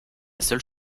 seule